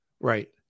Right